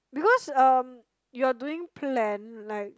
because um you are doing plan like